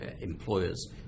employers